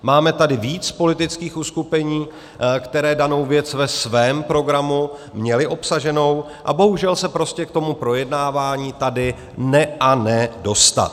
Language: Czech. Máme tady víc politických uskupení, která danou věc ve svém programu měla obsaženu, a bohužel se prostě k tomu projednávání tady ne a ne dostat.